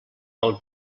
del